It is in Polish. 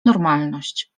normalność